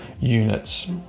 units